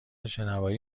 شنوایی